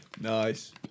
Nice